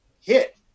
hit